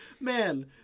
man